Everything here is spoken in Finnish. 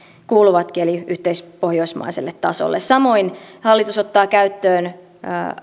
kuuluvatkin eli yhteispohjoismaiselle tasolle samoin hallitus ottaa käyttöön